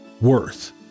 worth